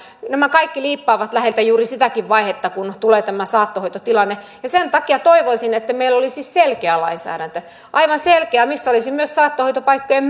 nämä kaikki liippaavat läheltä juuri sitäkin vaihetta kun tulee tämä saattohoitotilanne sen takia toivoisin että meillä olisi selkeä lainsäädäntö aivan selkeä missä olisi myös saattohoitopaikkojen